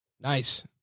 Nice